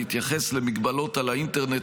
בהתייחס למגבלות על האינטרנט,